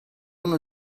uno